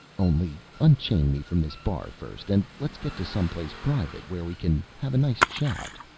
only unchain me from this bar first and let's get to some place private where we can have a nice chat.